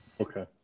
Okay